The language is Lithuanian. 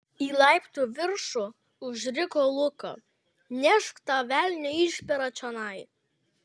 į laiptų viršų užriko luka nešk tą velnio išperą čionai